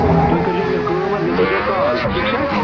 تہٕ تُہۍ کٔرۍزیو مےٚ کٲم حظ مےٚ کٔرۍزیو کال ٹھیٖک چھےٚ